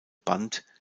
band